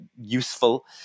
useful